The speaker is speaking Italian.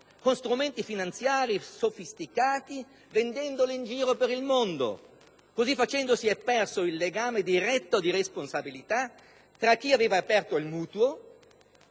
con strumenti finanziari sofisticati vendendoli in giro per il mondo. Così facendo si è perso il legame diretto di responsabilità tra chi aveva aperto il mutuo